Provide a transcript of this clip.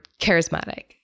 charismatic